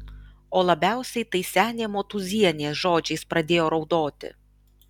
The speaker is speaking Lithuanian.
o labiausiai tai senė motūzienė žodžiais pradėjo raudoti